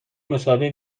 مصاحبه